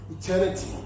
eternity